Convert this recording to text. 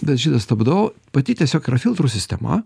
bet šitą stabdau pati tiesiog yra filtrų sistema